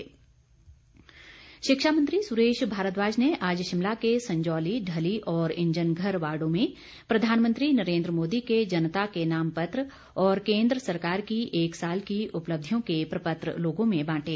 सुरेश भारद्वाज शिक्षा मंत्री सुरेश भारद्वाज ने आज शिमला के संजौली ढली और इंजन घर वार्डो में प्रधानमंत्री नरेन्द्र मोदी के जनता के नाम पत्र ओर केन्द्र सरकार की एक साल की उपलब्धियों के प्रपत्र लोगों में बांटे